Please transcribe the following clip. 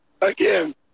again